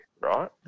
right